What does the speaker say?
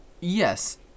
yes